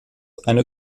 eine